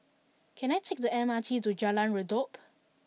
can I take the M R T to Jalan Redop